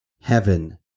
heaven